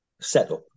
setup